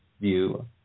view